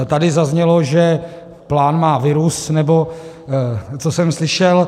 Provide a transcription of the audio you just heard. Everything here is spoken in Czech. Tady zaznělo, že plán má virus, nebo co jsem slyšel.